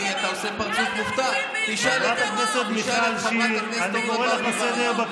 אתם, את הילדים שלהם, נמצאים בארגון טרור.